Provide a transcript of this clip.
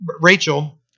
Rachel